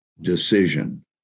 decision